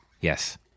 Yes